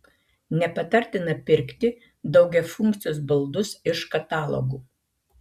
nepatartina pirkti daugiafunkcius baldus iš katalogų